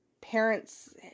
parents